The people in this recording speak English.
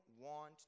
want